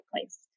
place